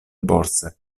borse